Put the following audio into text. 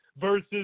versus